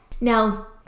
Now